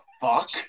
fuck